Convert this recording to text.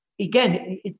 Again